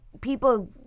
people